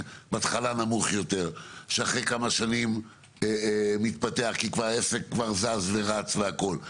בהתחלה נמוך יותר שאחרי כמה שנים מתפתח כי כבר העסק זז ורץ והכל.